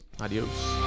adios